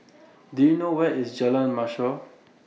Do YOU know Where IS Jalan Mashhor